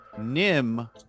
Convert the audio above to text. NIM